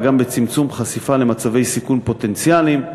גם בצמצום חשיפה למצבי סיכון פוטנציאליים.